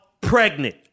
pregnant